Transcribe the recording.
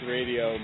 Radio